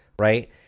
right